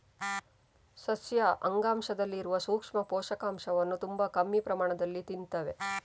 ಸಸ್ಯ ಅಂಗಾಂಶದಲ್ಲಿ ಇರುವ ಸೂಕ್ಷ್ಮ ಪೋಷಕಾಂಶವನ್ನ ತುಂಬಾ ಕಮ್ಮಿ ಪ್ರಮಾಣದಲ್ಲಿ ತಿಂತೇವೆ